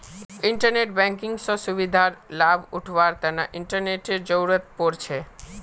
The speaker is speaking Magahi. इंटरनेट बैंकिंग स सुविधार लाभ उठावार तना इंटरनेटेर जरुरत पोर छे